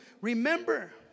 remember